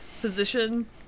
position